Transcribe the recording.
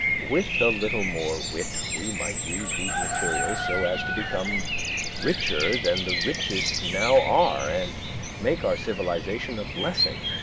with a little more wit we might use these materials so as to become richer than the richest now are, and make our civilization a blessing.